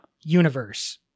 universe